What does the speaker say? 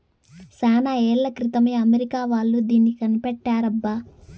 చానా ఏళ్ల క్రితమే అమెరికా వాళ్ళు దీన్ని కనిపెట్టారబ్బా